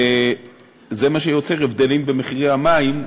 וזה מה שיוצר הבדלים במחירי המים,